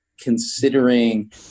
considering